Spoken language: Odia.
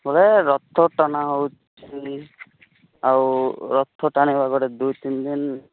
ବୋଲେ ରଥଟଣା ହେଉଛି ଆଉ ରଥ ଟାଣିବା ପରେ ଦୁଇ ତିନିଦିନ